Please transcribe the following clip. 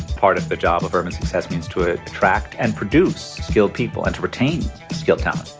part of the job of urban success means to attract and produce skilled people and to retain skilled talent.